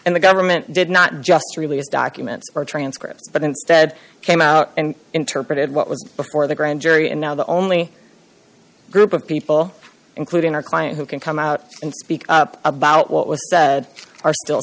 and the government did not just release documents or transcripts but instead came out and interpreted what was before the grand jury and now the only group of people including our client who can come out and speak up about what was said are still